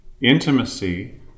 Intimacy